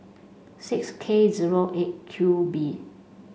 six K eight Q B